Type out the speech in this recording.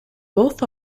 both